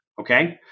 okay